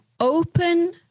Open